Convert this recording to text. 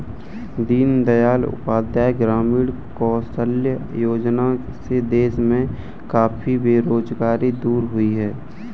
दीन दयाल उपाध्याय ग्रामीण कौशल्य योजना से देश में काफी बेरोजगारी दूर हुई है